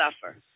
suffer